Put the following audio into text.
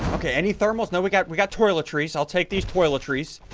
okay any thermals? no, we got we got toiletries. i'll take these toiletries.